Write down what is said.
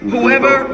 Whoever